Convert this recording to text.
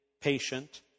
patient